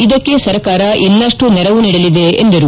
ಇದಕ್ಕೆ ಸರ್ಕಾರ ಇನ್ನಷ್ಟು ನೆರವು ನೀಡಲಿದ ಎಂದರು